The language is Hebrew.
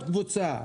קבוצה,